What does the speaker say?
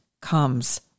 comes